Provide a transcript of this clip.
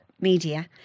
media